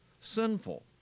sinful